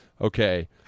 Okay